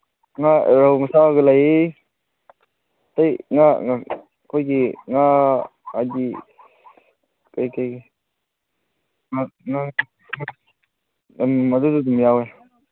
ꯉꯥ ꯔꯧ ꯃꯆꯥꯁꯨ ꯂꯩ ꯑꯗꯒꯤ ꯉꯥ ꯑꯩꯈꯣꯏꯒꯤ ꯉꯥ ꯍꯥꯏꯗꯤ ꯀꯔꯤ ꯀꯔꯤ ꯎꯝ ꯃꯗꯨꯁꯨ ꯑꯗꯨꯝ ꯌꯥꯎꯋꯤ